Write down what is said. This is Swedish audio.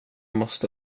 måste